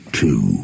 two